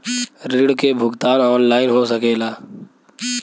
ऋण के भुगतान ऑनलाइन हो सकेला?